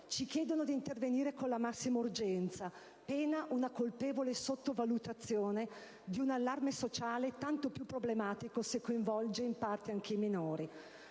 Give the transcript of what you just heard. ci chiedono di intervenire con la massima urgenza, pena una colpevole sottovalutazione di un allarme sociale tanto più problematico se coinvolge in parte anche i minori;